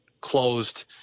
closed